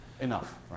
Enough